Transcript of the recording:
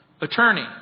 Attorney